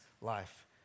life